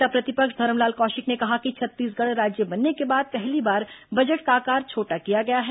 नेता प्रतिपक्ष धरमलाल कौशिक ने कहा कि छत्तीसगढ़ राज्य बनने के बाद पहली बार बजट का आकार छोटा किया गया है